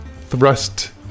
thrust